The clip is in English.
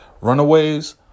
runaways